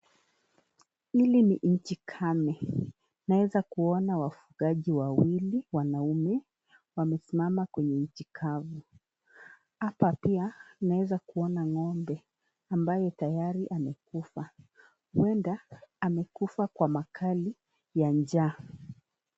Hili ni nchi kame. Naeza kuona wafugaji wawili wanaume wamesimama kwenye inchi kavu. Hapa pia naweza kuona ng'ombe ambaYe tayari amekufa, huenda amekufa kwa makali ya njaa.